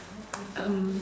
um